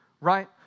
right